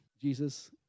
Jesus